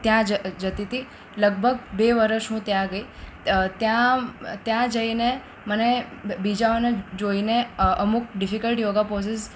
ત્યાં જ જતી હતી લગભગ બે વર્ષ હું ત્યાં ગઈ ત્યાં જઇને મને બીજાઓને જોઈને અમુક ડિફિકલ્ટ યોગા પોઝીઝ